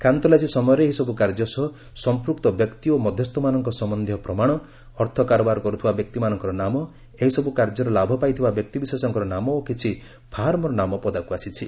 ଖାନତଲାସୀ ସମୟରେ ଏହିସବୁ କାର୍ଯ୍ୟ ସହ ସଂପୃକ୍ତ ବ୍ୟକ୍ତି ଓ ମଧ୍ୟସ୍ଥମାନଙ୍କ ସମ୍ଭନ୍ଧୀୟ ପ୍ରମାଣ ଅର୍ଥ କାରବାର କରୁଥିବା ବ୍ୟକ୍ତିମାନଙ୍କର ନାମ ଏହି ସବୁ କାର୍ଯ୍ୟର ଲାଭ ପାଇଥିବା ବ୍ୟକ୍ତିବିଶେଷଙ୍କର ନାମ ଓ କିଛି ଫାର୍ମର ନାମ ପଦାକୁ ଆସିଛି